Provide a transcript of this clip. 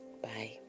Bye